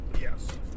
Yes